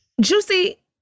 Juicy